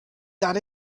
that